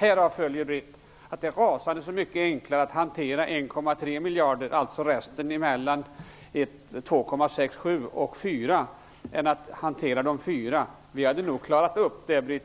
Härav följer, Britt Bohlin, att det är rasande så mycket enklare att hantera 1,3 miljarder, alltså skillnaden mellan 2,67 miljarder och 4 miljarder, än att hantera 4 miljarder. Vi hade nog klarat upp det.